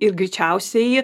ir greičiausiai